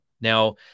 Now